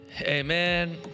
Amen